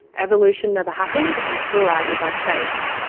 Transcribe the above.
evolution never happened and fluoride is unsafe.